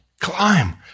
Climb